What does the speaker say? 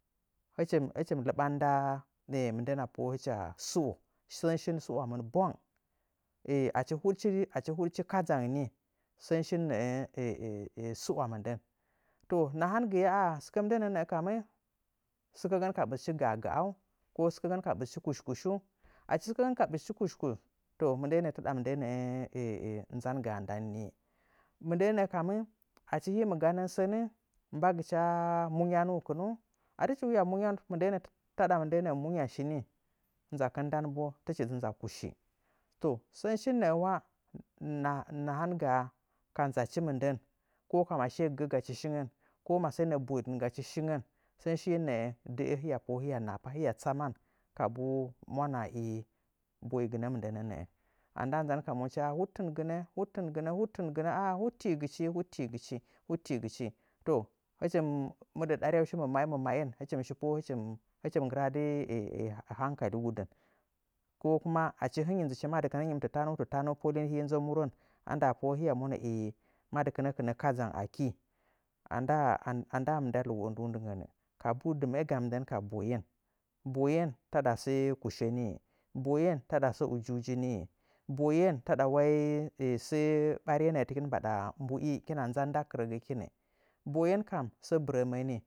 Huɗkɨn nə'ə, hɨchi mɨ lɨɓan nda mɨndəna pohə'ə hɨcha su'o, sən shin su'wamɨn bwang. achi huɗchi kadzang nii, sən shin nəə su'wa mɨndən. To nhangɨye ah ah sɨkə mɨndənə nə'ə kammɨ, sɨkəgən ka ɓɨzchi ga'a ga'au ko sɨkəgən ka ɓɨzchi kush kushu? To achi sɨkəgən ka ɓɨzchi kush kush, to mɨndəə nə'ə taɗa mɨndəə nə'ə nzan gaa ndan nii. Mindəə nə'ə achi hii mɨ ganə sən, mbagɨcha munyanuu kɨnnu, achi tɨchi waa munyauu, taɗa mɨndəə munya shi nii. Nzakɨn ndan boo tɨchi dɨ nza kushi. To sən shin nə'ə na nahan gaa ka nzachi mɨndən, ko masəə gəgə gaschi shingən, ko masəə nə'ə boiɗtn gachi shingən, shiye nə'ə də'ə hiya pohə'ə hiya naha pa hiya tsaman kabuu ma'anaa həə boigɨnə mɨndənə nə'ə. A ndaa nzan ka monchi, huɗtɨngɨnə, huɗtɨngɨnə, huɗtɨngɨnə, ah ah huɗtiigɨchi huɗtiigɨchi huɗtiigɨchi.” To hɨchi mɨ ɗanyau shi mamma'i mamma'in, hɨchi mɨ poshə'ə hɨchi mɨ nggɨradt hangkaligu dɨn ko kuma achi hɨnyi nzɨchi madɨkɨn hɨnyi mɨ tatamu polin hii nzə muwə a ndaa pohə'ə hiya monə, hee, madɨkɨnə kɨnə kaɗzang akii. A ndaa, a ndaa mɨndəa luu wo'ə nduuundɨngənnɨ. Kabuu dɨməəga mɨ ndən ka boyen, boyen taɗa sə kushe niiyi, boyen taɗa sə ɓariye nə'ə tɨkim mbaɗa mbu'i hɨkina nzan nda kɨrəgəkin nɨ. Boyen kam sə bɨrəmə nii.